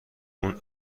اون